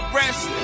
rest